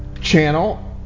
channel